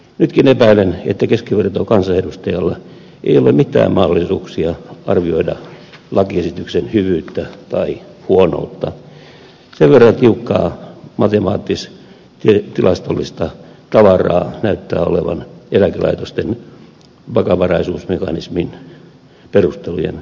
nytkin epäilen että keskivertokansanedustajalla ei ole mitään mahdollisuuksia arvioida lakiesityksen hyvyyttä tai huonoutta sen verran tiukkaa matemaattis tilastollista tavaraa näyttää olevan eläkelaitosten vakavaraisuusmekanismin perustelujen takana